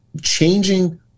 changing